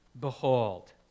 behold